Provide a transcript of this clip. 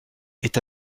est